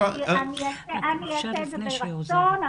אני אעשה את זה ברצון.